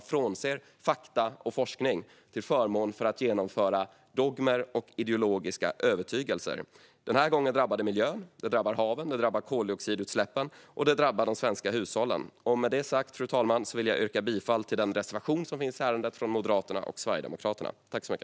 Man frånser fakta och forskning till förmån för att genomföra dogmer och ideologiska övertygelser. Denna gång drabbar det miljön, haven, koldioxidutsläppen och de svenska hushållen. Med detta sagt vill jag yrka bifall till Moderaternas och Sverigedemokraternas reservation i ärendet.